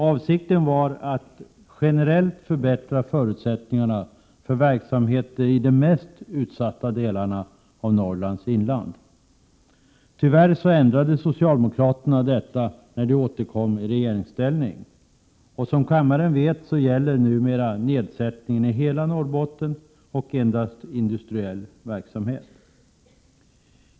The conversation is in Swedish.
Avsikten var att generellt förbättra förutsättningarna för verksamhet i de mest utsatta delarna av Norrlands inland. Tyvärr ändrade socialdemokraterna detta när de återkom i regeringsställning. Som kammaren vet, gäller numera nedsättningen i hela Norrbotten och endast industriell verksamhet.